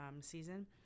season